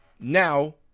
Now